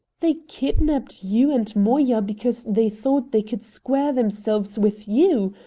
they kidnapped you and moya because they thought they could square themselves with you.